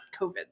COVID